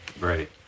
Right